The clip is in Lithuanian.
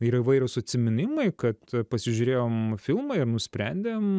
ir įvairūs atsiminimai kad pasižiūrėjom filmą ir nusprendėm